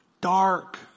dark